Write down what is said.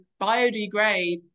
biodegrade